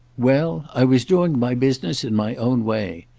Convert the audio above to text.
well, i was doing my business in my own way.